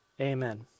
Amen